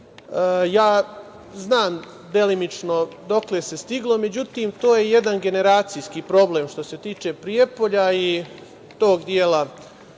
Znam delimično dokle se stiglo, međutim, to je jedan generacijski problem što se tiče Prijepolja i tog dela